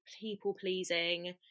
people-pleasing